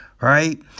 Right